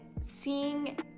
seeing